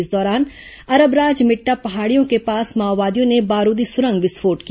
इस दौरान अरबराज मेट्टा पहाड़ियों के पास माओवादियों ने बारूदी सुरंग विस्फोट किया